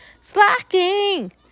Slacking